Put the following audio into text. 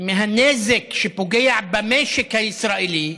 מהנזק שפוגע, במשק הישראלי,